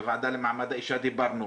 בוועדה למעמד האישה דיברנו,